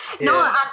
No